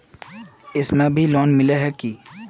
इसमें भी लोन मिला है की